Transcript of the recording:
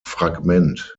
fragment